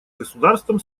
государствам